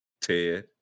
Ted